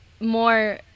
more